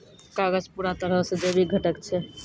कागज पूरा तरहो से जैविक घटक छै